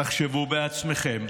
תחשבו בעצמכם.